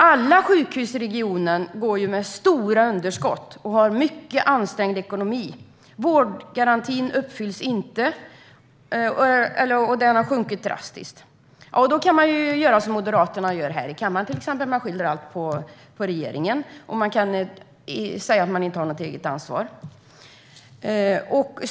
Alla sjukhus i regionen går med stora underskott och har en mycket ansträngd ekonomi. Vårdgarantin uppfylls inte och har sjunkit drastiskt. Då kan man, som Moderaterna gör här i kammaren, skylla allt på regeringen och säga att man inte har något eget ansvar.